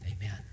Amen